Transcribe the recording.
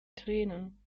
tränen